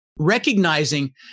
recognizing